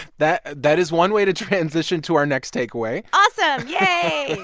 that that is one way to transition to our next takeaway. awesome. yay.